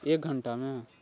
एक घण्टामे